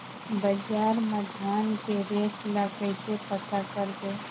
बजार मा धान के रेट ला कइसे पता करबो?